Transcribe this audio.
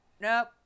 Nope